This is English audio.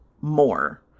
more